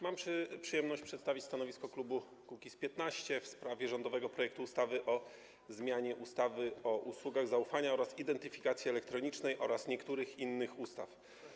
Mam przyjemność przedstawić stanowisko klubu Kukiz’15 w sprawie rządowego projektu ustawy o zmianie ustawy o usługach zaufania oraz identyfikacji elektronicznej oraz niektórych innych ustaw.